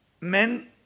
men